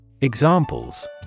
Examples